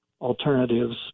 alternatives